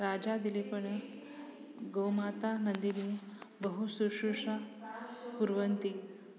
राजादिलीपेण गोमाता नन्दिनी बहु शुश्रूषां कुर्वन्ति